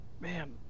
man